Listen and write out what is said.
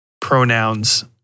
pronouns